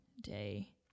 day